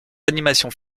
animations